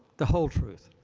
the whole truth,